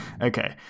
okay